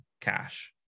cash